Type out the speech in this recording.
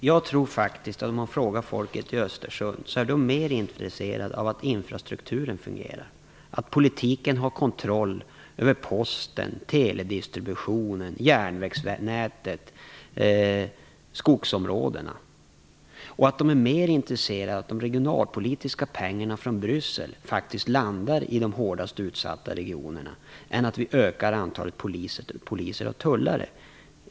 Fru talman! Jag tror att om man skulle fråga folket i Östersund så finner man faktiskt att det är mera intresserat av att infrastrukturen fungerar, att politiken har kontroll över posten, teledistributionen, järnvägsnätet och skogsområdena. Jag tror att folket är mera intresserat av att de regionalpolitiska pengarna från Bryssel faktiskt hamnar i de hårdast utsatta regionerna än att vi ökar antalet poliser och tullare.